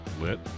lit